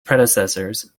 predecessors